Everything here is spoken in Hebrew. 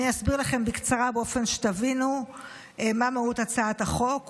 אני אסביר לכם בקצרה באופן שתבינו מה מהות הצעת החוק.